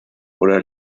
oder